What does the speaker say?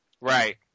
Right